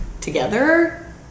together